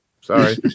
Sorry